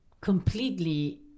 completely